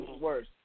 worse